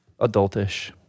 adultish